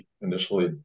initially